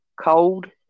cold